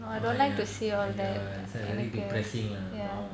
no I don't like to see about that எனக்கு:enaku ya